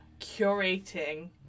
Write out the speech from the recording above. curating